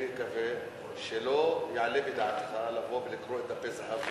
אני מקווה שלא יעלה בדעתך לבוא ולקרוא את "דפי זהב"